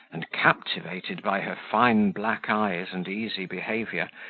and captivated by her fine black eyes and easy behaviour,